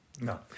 No